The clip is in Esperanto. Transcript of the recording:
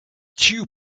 ĉiu